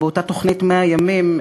באותה תוכנית 100 הימים,